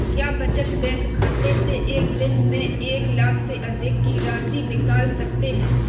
क्या बचत बैंक खाते से एक दिन में एक लाख से अधिक की राशि निकाल सकते हैं?